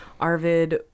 Arvid